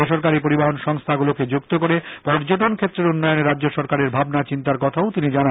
বেসরকারি পরিবহণ সংস্থাগুলোকে যুক্ত করে পর্যটন ক্ষেত্রের উন্নয়নে রাজ্য সরকারের ভাবনা চিন্তার কথাও তিনি জানান